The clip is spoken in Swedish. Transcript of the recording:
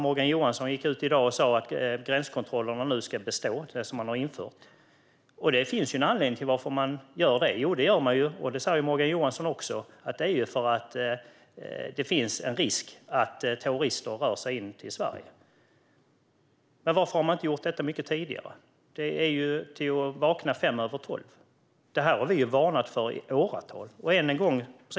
Morgan Johansson gick ut i dag och sa att de gränskontroller som har införts ska bestå. Det finns en anledning till att man gör det. Det gör man för att det finns en risk för att terrorister rör sig in i Sverige. Det säger också Morgan Johansson. Men varför har man inte gjort detta mycket tidigare? Det är att vakna fem över tolv. Detta har vi varnat för i åratal.